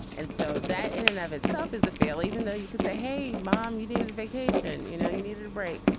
and so that in and of itself is a fail, even though you could say, hey, mom, you need a vacation. you know, you needed a break.